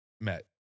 met